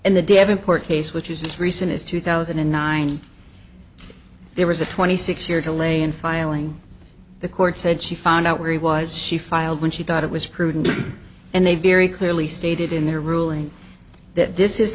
in the devonport case which is recent as two thousand and nine there was a twenty six year to lay in filing the court said she found out where he was she filed when she thought it was prudent and they very clearly stated in their ruling that this is